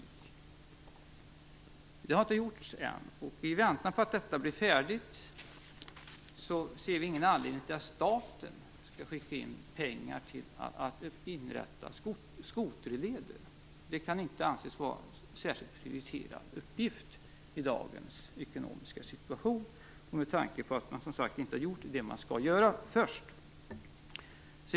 Det har ännu inte gjorts, och i väntan på att det blir färdigt ser vi ingen anledning till att staten skall skjuta till pengar för att inrätta skoterleder. Det kan inte anses vara särskilt prioriterad uppgift i dagens ekonomiska situation och med tanke på att man inte gjort det man skall göra först.